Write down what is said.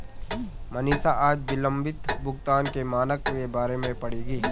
मनीषा आज विलंबित भुगतान के मानक के बारे में पढ़ेगी